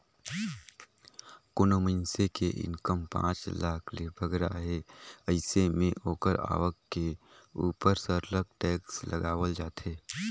कोनो मइनसे के इनकम पांच लाख ले बगरा हे अइसे में ओकर आवक के उपर सरलग टेक्स लगावल जाथे